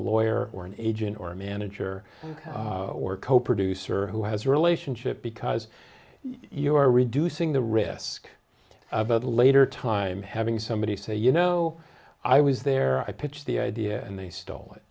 a lawyer or an agent or manager or co producer who has a relationship because you are reducing the risk about a later time having somebody say you know i was there i pitched the idea and they stole it